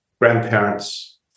grandparents